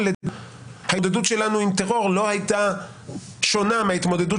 ההתמודדות שלנו עם הטרור לא הייתה שונה מההתמודדות